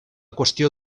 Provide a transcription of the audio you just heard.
qüestió